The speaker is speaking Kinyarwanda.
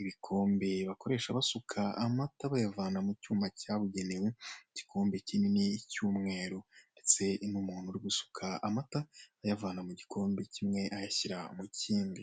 ibikombe bakoresha mu gusuka mata bayavana mu cyuma cya bugenewe igikombe kinini cy'umweru ndetse n'umuntu uri gusuka amata ayavana mu gikombe kimwe ayashira mu kindi.